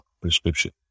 prescription